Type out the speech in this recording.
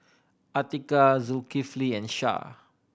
Atiqah Zulkifli and Syah